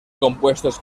compuestos